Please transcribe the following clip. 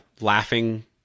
laughing